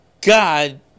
God